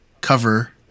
cover